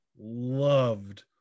loved